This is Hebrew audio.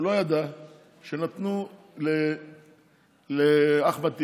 הוא לא ידע שנתנו לאחמד טיבי,